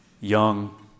young